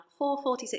4.46